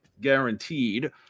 guaranteed